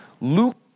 Luke